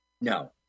No